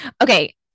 Okay